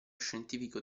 scientifico